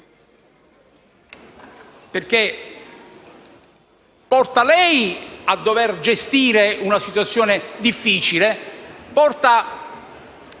perché porta lei a dover gestire una situazione difficile, porta